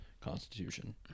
Constitution